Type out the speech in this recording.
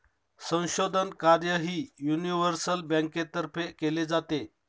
संशोधन कार्यही युनिव्हर्सल बँकेतर्फे केले जाते